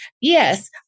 yes